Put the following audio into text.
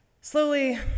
Slowly